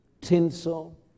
tinsel